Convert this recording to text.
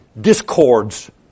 discords